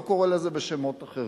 לא קורא לזה בשמות אחרים.